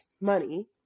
money